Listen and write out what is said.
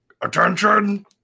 attention